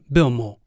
Bilmo